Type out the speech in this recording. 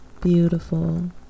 Beautiful